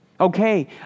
Okay